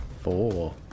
Four